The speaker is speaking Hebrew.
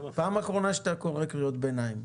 זאת הפעם האחרונה שאתה קורא קריאות ביניים.